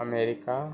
America